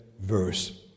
verse